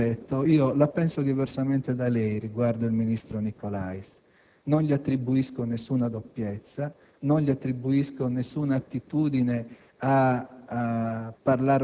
sottolineando un aspetto. La penso diversamente da lei riguardo al ministro Nicolais: non gli attribuisco alcuna doppiezza, né alcuna attitudine